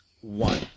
one